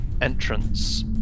entrance